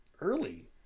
early